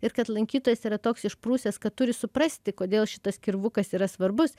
ir kad lankytojas yra toks išprusęs kad turi suprasti kodėl šitas kirvukas yra svarbus